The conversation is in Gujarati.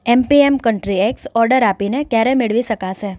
એમપીએમ કન્ટ્રી એગ્સ ઓર્ડર આપીને ક્યારે મેળવી શકાશે